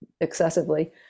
excessively